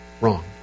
wrong